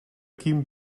quin